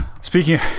Speaking